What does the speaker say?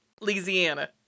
Louisiana